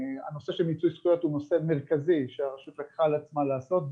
הנושא של מיצוי זכויות הוא נושא מרכזי שהרשות לקחה על עצמה לעשות,